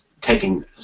taking